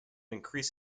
increase